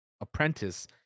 apprentice